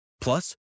Plus